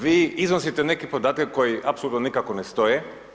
Vi iznosite neki podatak koji apsolutno nikako ne stoje.